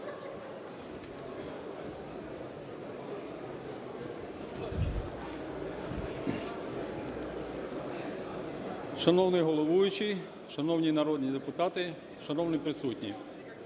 Шановний головуючий, шановні народні депутати, шановні присутні!